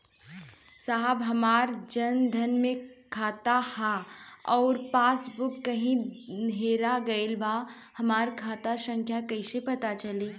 साहब हमार जन धन मे खाता ह अउर पास बुक कहीं हेरा गईल बा हमार खाता संख्या कईसे पता चली?